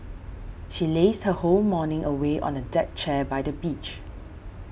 she lazed her whole morning away on a deck chair by the beach